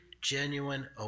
genuine